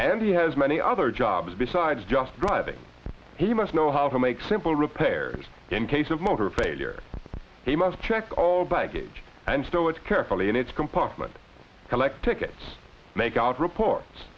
and he has many other jobs besides just driving he must know how to make simple repairs in case of motor failure he must check all baggage and stow it carefully in its compartment collect tickets make out reports